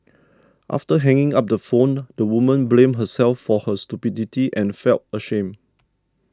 after hanging up the phone the woman blamed herself for her stupidity and felt ashamed